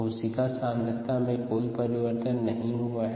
कोशिका सांद्रता में कोई परिवर्तन नहीं है